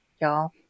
y'all